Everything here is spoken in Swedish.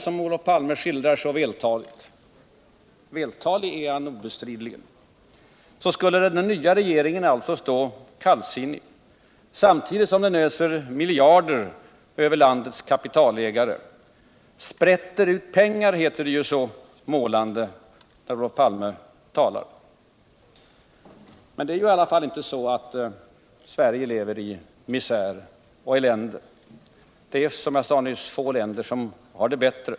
som Olof Palme så vältaligt skildrar — vältalig är han obestridligen — skulle den nya regeringen alltså stå kallsinnig, samtidigt som den öser miljarder över landets kapitalägare. ”Sprätter ut pengar”, heter det så målande, när Olof Palme talar. Men det är inte så att Sverige lever i misär och elände. Det är, som jag nyss sade, få länder som har det bättre.